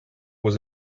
was